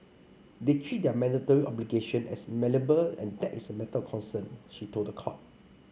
they treat their mandatory obligation as malleable and that is a matter of concern she told the court